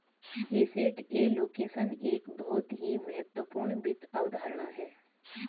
asset allocation एक बहुत ही महत्वपूर्ण वित्त अवधारणा है